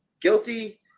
guilty